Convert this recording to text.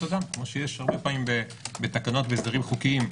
אדם כמו שיש הרבה פעמים בתקנות ובהסדרים חוקיים.